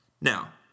Now